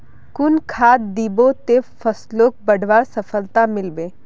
कुन खाद दिबो ते फसलोक बढ़वार सफलता मिलबे बे?